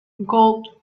gold